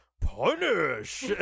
punish